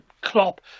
Klopp